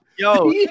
Yo